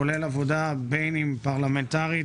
כולל עבודה בין אם פרלמנטרית,